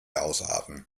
ausarten